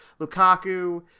Lukaku